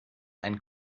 ein